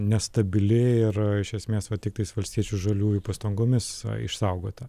nestabili ir iš esmės va tiktais valstiečių žaliųjų pastangomis išsaugota